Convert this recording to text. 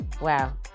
Wow